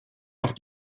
auf